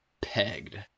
pegged